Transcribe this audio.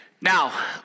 now